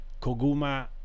Koguma